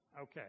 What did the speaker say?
Okay